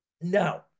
Now